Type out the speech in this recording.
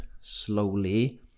slowly